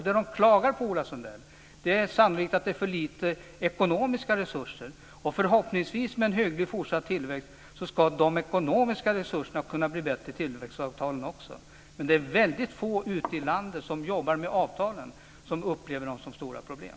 Det de klagar på, Ola Sundell, är sannolikt att det är för lite ekonomiska resurser. Med en fortsatt hygglig tillväxt ska de ekonomiska resurserna i tillväxtavtalen förhoppningsvis också kunna bli bättre. Men det är väldigt få ute i landet som jobbar med avtalen som upplever dem som stora problem.